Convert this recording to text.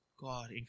God